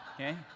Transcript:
Okay